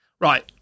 Right